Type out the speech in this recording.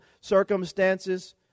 circumstances